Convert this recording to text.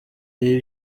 ibi